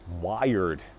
wired